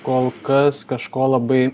kol kas kažko labai